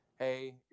Hey